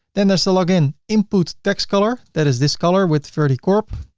then there's a login input text color that is this color with ferdy korp,